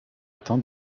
atteint